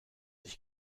sich